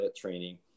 training